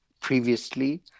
previously